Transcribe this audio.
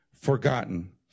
forgotten